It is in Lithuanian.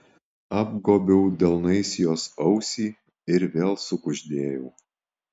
apgobiau delnais jos ausį ir vėl sukuždėjau